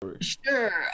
Sure